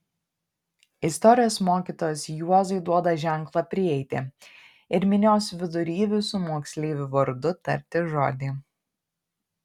istorijos mokytojas juozui duoda ženklą prieiti ir minios vidury visų moksleivių vardu tarti žodį